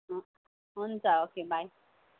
हुन्छ okay by